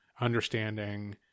understanding